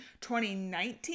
2019